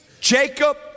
Jacob